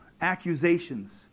accusations